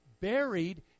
Buried